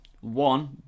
One